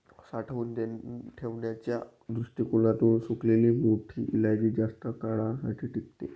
साठवून ठेवण्याच्या दृष्टीकोणातून सुकलेली मोठी इलायची जास्त काळासाठी टिकते